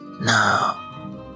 Now